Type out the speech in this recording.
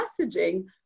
messaging